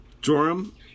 Joram